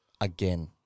Again